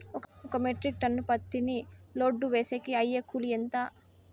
ఒక metric ton పత్తిని load వేసేకి అయ్యే కూలి ఎంత?